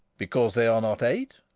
because they are not eight?